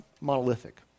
monolithic